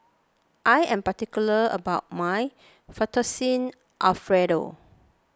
I am particular about my Fettuccine Alfredo